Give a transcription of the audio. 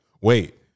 Wait